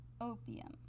opium